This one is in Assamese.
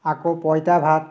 আকৌ পঁইতা ভাত